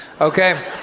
okay